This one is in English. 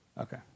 Okay